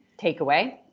takeaway